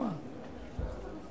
אלקין, זה קורה לפעמים להיפך,